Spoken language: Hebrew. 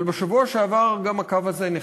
אבל בשבוע שעבר גם הקו הזה נחצה,